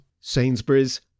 Sainsbury's